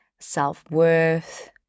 self-worth